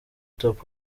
top